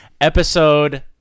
Episode